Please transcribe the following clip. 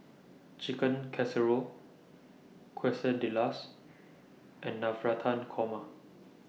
Chicken Casserole Quesadillas and Navratan Korma